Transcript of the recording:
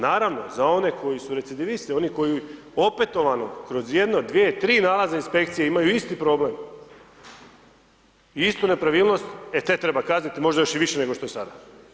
Naravno, za one koji su recidivisti, oni koji opetovano kroz jedno, dvije, tri nalaza Inspekcije imaju isti problem i istu nepravilnost, e te treba kazniti, možda još i više nego što je sada.